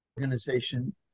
organization